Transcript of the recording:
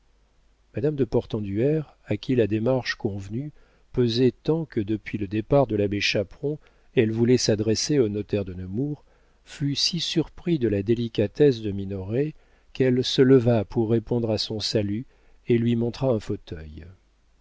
madame de portenduère à qui la démarche convenue pesait tant que depuis le départ de l'abbé chaperon elle voulait s'adresser au notaire de nemours fut si surprise de la délicatesse de minoret qu'elle se leva pour répondre à son salut et lui montra un fauteuil